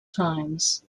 times